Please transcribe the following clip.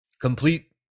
Complete